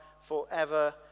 forever